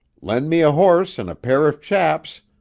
lend me a horse and a pair of chaps,